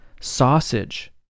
sausage